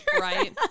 Right